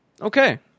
okay